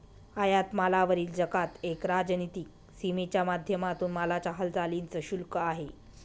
आयात मालावरील जकात एक राजनीतिक सीमेच्या माध्यमातून मालाच्या हालचालींच शुल्क आहे